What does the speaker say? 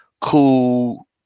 cool